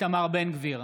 איתמר בן גביר,